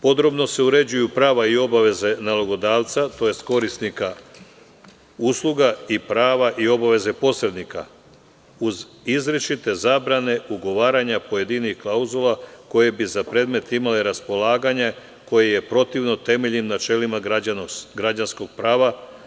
Podrobno se uređuju prava i obaveze nalogodavca, tj. korisnika usluga i prava i obaveze posrednika, uz izričite zabrane ugovaranja pojedinih klauzula koje bi za predmet imale raspolaganje koje je protivno temeljnim načelima građanskog prava.